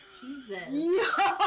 Jesus